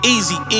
Easy